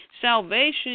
salvation